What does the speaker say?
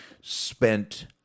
spent